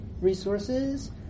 Resources